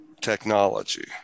technology